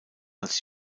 als